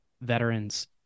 veterans